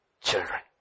Children